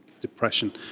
depression